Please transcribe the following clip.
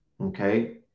okay